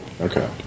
okay